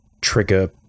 trigger